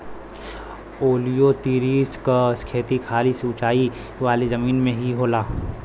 ओलियोतिरिस क खेती खाली ऊंचाई वाले जमीन में ही होला